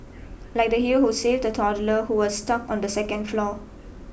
like the hero who saved a toddler who was stuck on the second floor